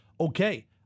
okay